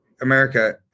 America